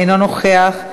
אינו נוכח,